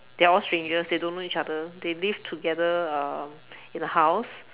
they are all strangers they don't know each other they live together um in a house